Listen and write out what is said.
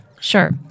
Sure